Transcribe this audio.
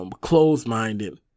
closed-minded